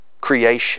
creation